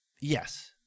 Yes